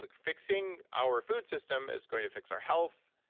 like fixing our food system is going to fix our health,